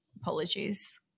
apologies